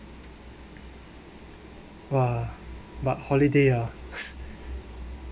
!wah! but holiday ah